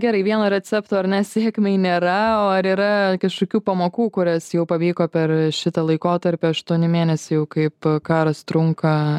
gerai vieno recepto ar ne sėkmei nėra o ar yra kažkokių pamokų kurias jau pavyko per šitą laikotarpį aštuoni mėnesiai jau kaip karas trunka